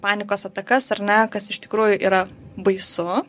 panikos atakas ar ne kas iš tikrųjų yra baisu